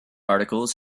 articles